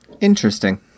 Interesting